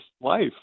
life